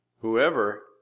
whoever